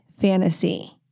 fantasy